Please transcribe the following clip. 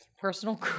Personal